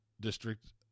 district